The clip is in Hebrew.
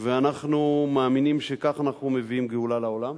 ואנחנו מאמינים שכך אנחנו מביאים גאולה לעולם.